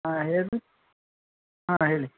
ಹಾಂ ಹೇಳ್ರೀ ಹಾಂ ಹೇಳಿ